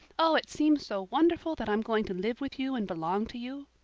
oh, it seems so wonderful that i'm going to live with you and belong to you.